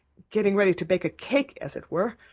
getting ready to bake a cake as it were.